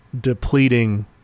depleting